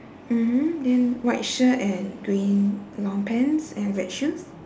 mmhmm then white shirt and green long pants and red shoes